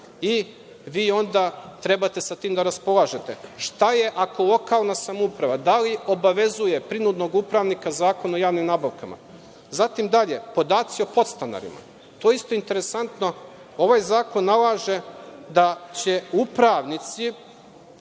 i vi onda trebate sa tim da raspolažete. Da li obavezuje prinudnog upravnika Zakon o javnim nabavkama? Zatim, dalje, podaci o podstanarima. To je isto interesantno. Ovaj zakon nalaže da će upravnici